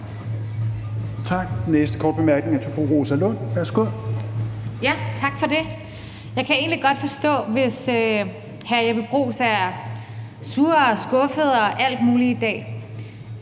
Tak. Den næste korte bemærkning er fra fru Rosa Lund. Værsgo. Kl. 16:00 Rosa Lund (EL): Tak for det. Jeg kan egentlig godt forstå, hvis hr. Jeppe Bruus er sur og skuffet og alt muligt i dag.